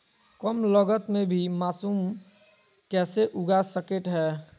कम लगत मे भी मासूम कैसे उगा स्केट है?